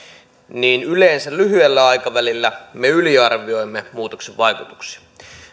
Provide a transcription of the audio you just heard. niin yleensä lyhyellä aikavälillä me yliarvioimme muutoksen vaikutuksia